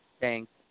Thanks